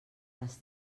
les